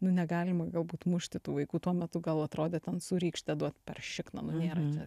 nu negalima galbūt mušti tų vaikų tuo metu gal atrodė ten su rykšte duot per šikną nu nėra čia